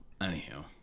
anyhow